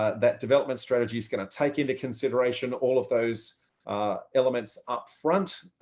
ah that development strategy is going to take into consideration all of those elements upfront.